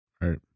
right